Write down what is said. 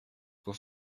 кто